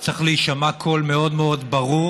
להוראות חוקי יישום הסכמי הביניים עם הרשות